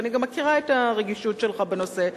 ואני גם מכירה את הרגישות שלך בנושא,